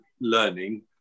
learning